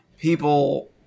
People